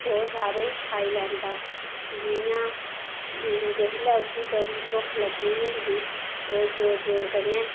ओह् सारे खाई लैंदा जियां जिसले उसी बड़ी भुक्ख लग्गी दी होंदी ओह् जोर जोर कन्नै